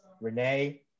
Renee